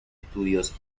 estudios